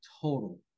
total